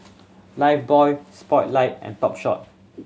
Lifebuoy Spotlight and Topshop